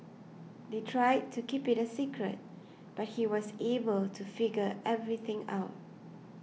they tried to keep it a secret but he was able to figure everything out